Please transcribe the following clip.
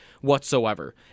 whatsoever